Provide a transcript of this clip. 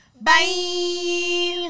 bye